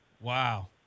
Wow